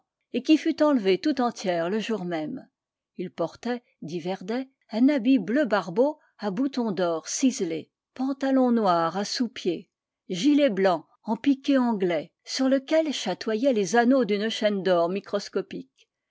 et qui fut enlevée tout entière le jour même u ii portait dit werdet un habit bleu barbeau à boutons d'or ciselé pantalon noir à sous-pieds gilet blanc en piqué anglais sur lequel chatoyaient les anneaux d'une chaîne d'or microscopique